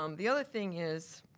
um the other thing is,